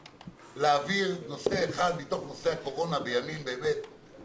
להעביר נושא אחד מתוך נושאי הקורונה, להעביר